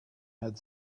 had